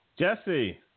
Jesse